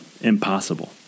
impossible